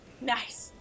Nice